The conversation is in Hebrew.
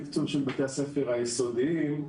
אבל אלה אינן שעות התקצוב היחידות.